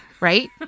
Right